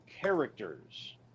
characters